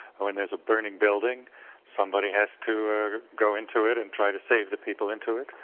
when there is a burning building somebody has to go into it and try to save the people into it,